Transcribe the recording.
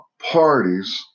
parties